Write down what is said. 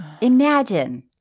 Imagine